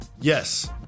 Yes